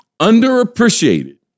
Underappreciated